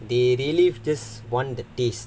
they really just want the taste